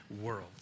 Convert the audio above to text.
world